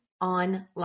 online